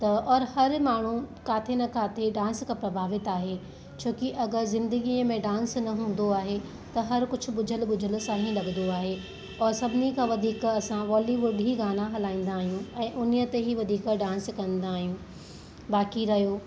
त और हर माण्हू किथे न किथे डांस खां प्रभावित आहे छो कि अगरि ज़िन्दगीअ में डांस न हूंदो आहे त हर कुझु बुझल बुझल सां ई लॻंदो आहे और सभिनी खां वधीक असां वॉलीवुड ई गाना हलाईंदा आहियूं ऐं उन्हीअ ते ई वधीक डांस कंदा आहियूं बाकि रहियो